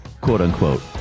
quote-unquote